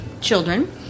children